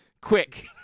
quick